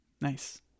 Nice